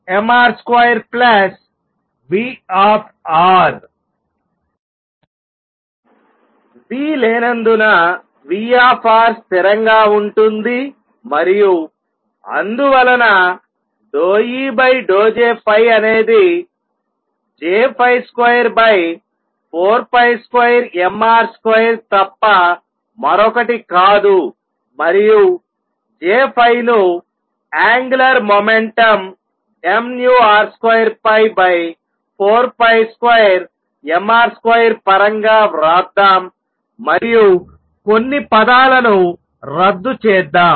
V లేనందునV స్థిరంగా ఉంటుంది మరియు అందువలన ∂EJఅనేది J242mR2 తప్ప మరొకటి కాదు మరియు Jను యాంగులర్ మొమెంటమ్ mvR2π42mR2పరంగా వ్రాద్దాం మరియు కొన్ని పదాలను రద్దు చేద్దాం